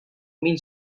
mil